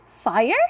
fire